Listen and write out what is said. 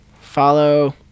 follow